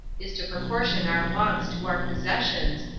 is to proportion our wants to our possessions,